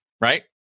right